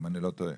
אם אני לא טועה.